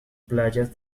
playas